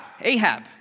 Ahab